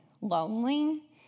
lonely